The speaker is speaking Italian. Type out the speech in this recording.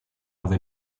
ove